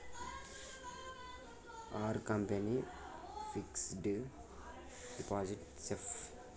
Are company fixed deposit safe?